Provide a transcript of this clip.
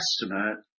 Testament